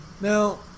Now